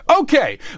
Okay